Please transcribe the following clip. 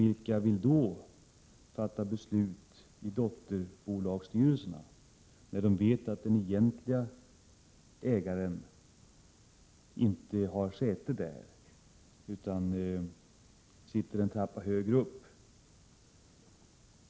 Vilka vill fatta beslut i dotterbolagsstyrelserna, när de vet att den egentliga ägaren inte har säte där utan sitter en trappa högre upp?